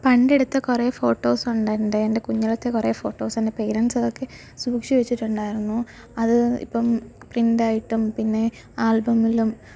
പണ്ട് എടുത്ത കുറേ ഫോട്ടോസ് ഉണ്ട് എന്റെ കുഞ്ഞിലത്തെ കുറേ ഫോട്ടോസ് എൻ്റെ പേരന്റ്സ് അതൊക്കെ സൂക്ഷിച്ചു വെച്ചിട്ടുണ്ടായിരുന്നു അത് ഇപ്പം പ്രിന്റായിട്ടും പിന്നെ ആല്ബങ്ങളിലും